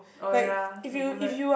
oh ya the bullet